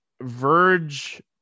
verge